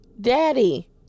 Daddy